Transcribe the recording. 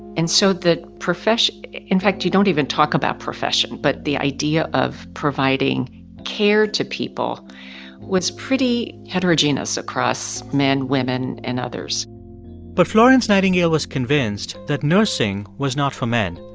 and so the profession in fact, you don't even talk about profession but the idea of providing care to people was pretty heterogeneous across men, women and others but florence nightingale was convinced that nursing was not for men.